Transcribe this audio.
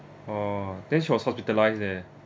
oh then she was hospitalized there